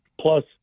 plus